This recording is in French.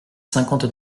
cinquante